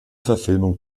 verfilmung